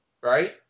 right